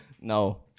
No